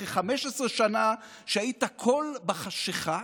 אחרי 15 שנה שהיית קול בחשכה,